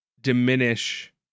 diminish